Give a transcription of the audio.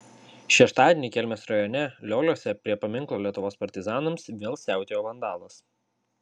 šeštadienį kelmės rajone lioliuose prie paminklo lietuvos partizanams vėl siautėjo vandalas